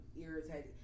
irritated